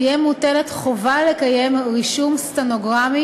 תהיה מוטלת חובה לקיים רישום סטנוגרמי